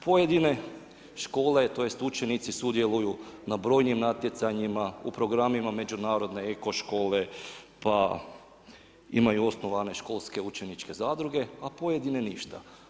Pojedine škole, tj. učenici sudjeluju na brojnim natjecanjima, u programima međunarodne eko škole pa imaju osnovana školske učeničke zadruge, a pojedine ništa.